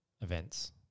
events